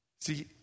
See